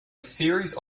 series